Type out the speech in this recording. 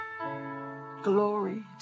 Glory